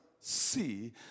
See